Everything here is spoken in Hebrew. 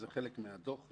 זה חלק מהדוח.